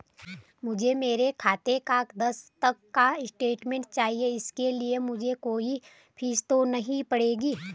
मुझे मेरे खाते का दस तक का स्टेटमेंट चाहिए इसके लिए मुझे कोई फीस तो नहीं पड़ेगी?